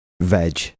Veg